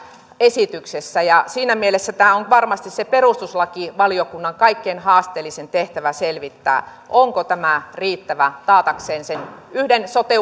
esityksessä siinä mielessä on varmasti se perustuslakivaliokunnan kaikkein haasteellisin tehtävä selvittää onko tämä riittävä taatakseen sen yhden sote